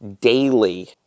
daily